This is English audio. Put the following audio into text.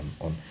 on